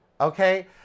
Okay